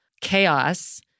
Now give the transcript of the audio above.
chaos